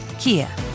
Kia